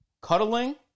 cuddling